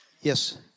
Yes